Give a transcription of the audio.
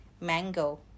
Mango